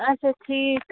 اَچھا ٹھیٖک